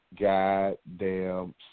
goddamn